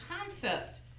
concept